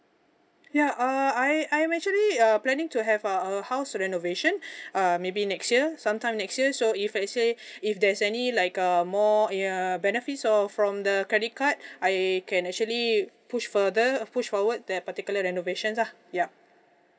ya uh I'm I'm actually uh planning to have a a house renovation err maybe next year sometime next year so if let's say if there's any like um more err benefits of from the credit card I can actually push further push forward that particular renovations lah yup